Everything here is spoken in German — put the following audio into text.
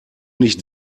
nicht